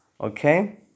Okay